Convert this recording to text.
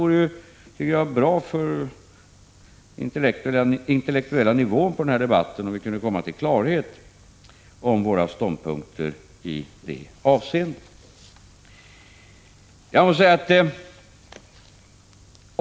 Med tanke på den intellektuella nivån i denna debatt vore det bra om vi kunde komma till klarhet om våra ståndpunkter i det avseendet.